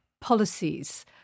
policies